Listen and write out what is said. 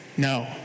No